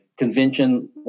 convention